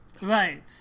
Right